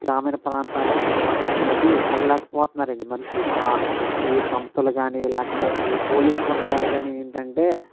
గ్రామీణ ప్రాంతాల్లో సంరక్షణ అనేది ఇవ్వలేకపోతున్నారండి మనుషులు ఈ సంస్థలు కానీ లేకపోతే ఈ పోలీసు వర్గాలు గాని ఏంటంటే